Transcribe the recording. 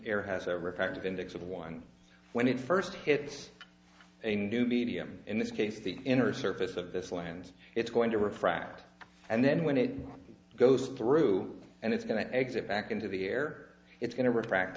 air has ever effective index of one when it first hits a new medium in this case the inner surface of this lands it's going to refract and then when it goes through and it's going to exit back into the air it's going to re